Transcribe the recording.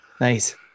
Nice